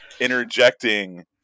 interjecting